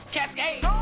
Cascade